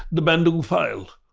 the bandung file,